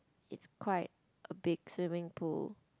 it's quite a big swimming pool